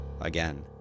again